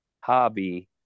hobby